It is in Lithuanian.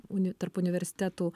uni tarp universitetų